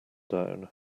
down